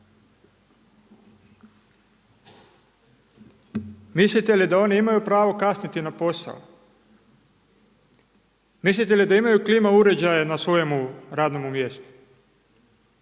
Mislite li da oni imaju pravo kasniti na posao? Mislite li da imaju klima uređaje na svom radnom mjestu?